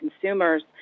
consumers